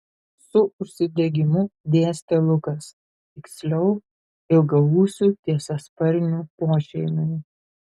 su užsidegimu dėstė lukas tiksliau ilgaūsių tiesiasparnių pošeimiui